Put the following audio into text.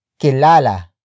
kilala